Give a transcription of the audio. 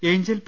Angel P